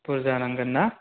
बुरजा नांगोन ना